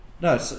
No